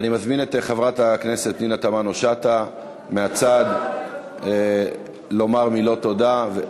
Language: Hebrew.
אני מזמין את חברת הכנסת פנינה תמנו-שטה לומר מהצד מילות תודה.